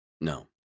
No